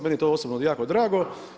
Meni je to osobno jako drago.